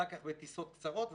אחר כך בטיסות קצרות,